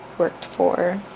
worked for